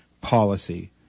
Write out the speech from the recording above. policy